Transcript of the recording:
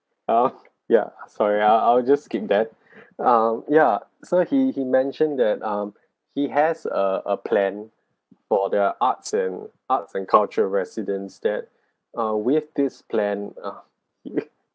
oh ya sorry I'll I'll just skip that um ya so he he mentioned that um he has a a plan for their arts and arts and culture residents that uh with this plan ah